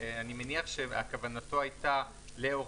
הסיבה שבאותו זמן אפשרנו להם